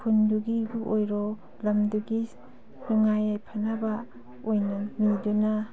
ꯈꯨꯟꯗꯨꯒꯤꯕꯨ ꯑꯣꯏꯔꯣ ꯂꯝꯗꯨꯒꯤ ꯅꯨꯡꯉꯥꯏ ꯌꯥꯏꯐꯅꯕ ꯑꯣꯏꯅ ꯅꯤꯗꯨꯅ